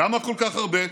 למה כל כך הרבה?